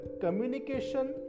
communication